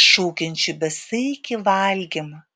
iššaukiančiu besaikį valgymą